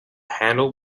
handle